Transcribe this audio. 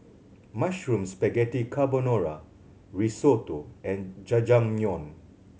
Mushroom Spaghetti Carbonara Risotto and Jajangmyeon